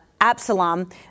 Absalom